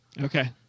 Okay